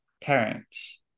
parents